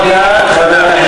תודה, חבר הכנסת